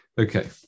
Okay